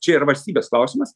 čia yra valstybės klausimas